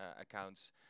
accounts